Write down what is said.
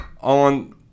on